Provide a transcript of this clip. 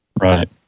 Right